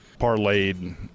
parlayed